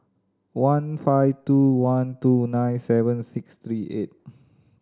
one five two one two nine seven six three eight